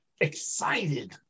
excited